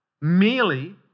merely